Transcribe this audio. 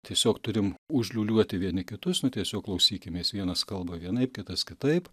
tiesiog turim užliūliuoti vieni kitus nu tiesiog klausykimės vienas kalba vienaip kitas kitaip